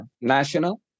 national